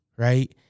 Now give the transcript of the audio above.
right